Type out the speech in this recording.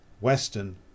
Western